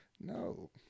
no